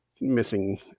missing